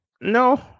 No